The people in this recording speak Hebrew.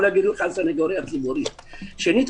שנית,